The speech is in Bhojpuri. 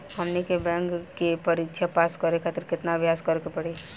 हमनी के बैंक के परीक्षा पास करे खातिर केतना अभ्यास करे के पड़ी?